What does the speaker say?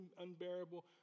unbearable